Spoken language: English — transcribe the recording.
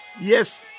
Yes